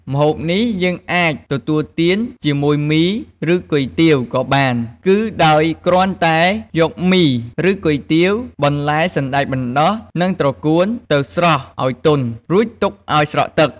ម្ហូបនេះយើងអាចទទួលទានជាមួយមី ឬគុយទាវក៏បាន គឺដោយគ្រាន់តែយកមី ឬគុយទាវ បន្លែសណ្ដែកបណ្ដុះ និងត្រកួនទៅស្រុះឱ្យទន់ រួចទុកឱ្យស្រក់ទឹក។